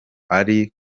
ari